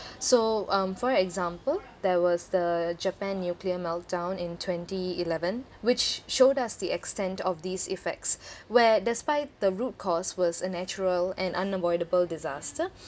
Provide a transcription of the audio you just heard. so um for example there was the japan nuclear meltdown in twenty eleven which showed us the extent of these effects where despite the root cause was a natural and unavoidable disaster